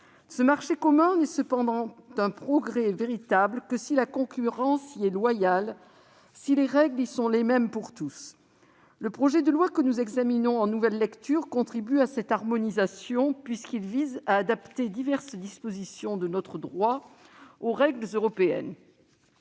Ce marché commun n'est cependant un progrès véritable que si la concurrence y est loyale, si les règles y sont les mêmes pour tous. Le projet de loi que nous examinons en nouvelle lecture contribue à cette harmonisation, puisqu'il vise à adapter diverses dispositions de notre droit aux règles européennes.